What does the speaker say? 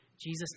Jesus